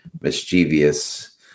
mischievous